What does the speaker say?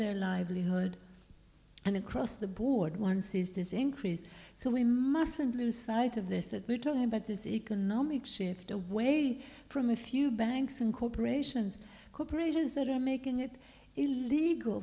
their livelihood and across the board one sees this increase so we mustn't lose sight of this that we're talking about this economic shift away from a few banks and corporations corporations that are making it illegal